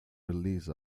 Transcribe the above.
release